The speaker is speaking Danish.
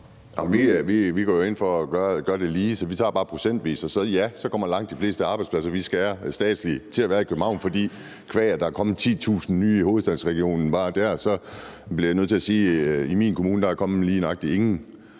Vi går jo ind for at gøre det lige, så vi tager det bare procentvis, og ja, så kommer langt de fleste statslige arbejdspladser, vi skærer væk, til at være i København, og qua at der er kommet 10.000 nye bare i hovedstadsregionen, bliver jeg nødt til at sige, at i min kommune er der kommet lige nøjagtig ingen.